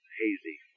hazy